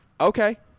okay